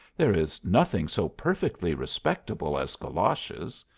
there is nothing so perfectly respectable as galoches.